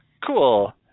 Cool